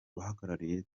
bahagarariye